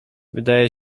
wydaje